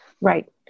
Right